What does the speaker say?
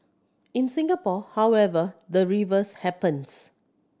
in Singapore however the reverse happens